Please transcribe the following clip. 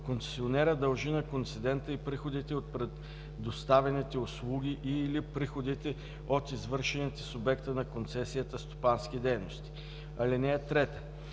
концесионерът дължи на концедента и приходите от предоставените услуги и/или приходите от извършените с обекта на концесията стопански дейности. (3) При